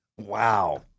Wow